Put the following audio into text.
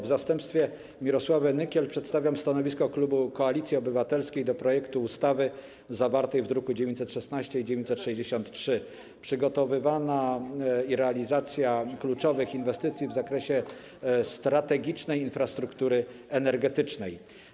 W zastępstwie Mirosławy Nykiel przedstawiam stanowisko klubu Koalicji Obywatelskiej wobec projektu ustawy zawartego w drukach nr 916 i 963, dotyczącego przygotowania i realizacji kluczowych inwestycji w zakresie strategicznej infrastruktury energetycznej.